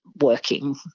working